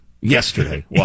Yesterday